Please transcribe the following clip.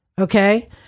Okay